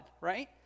right